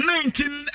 Nineteen